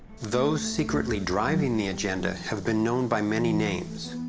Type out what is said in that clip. those secretly driving the agenda have been known by many names.